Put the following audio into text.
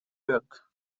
york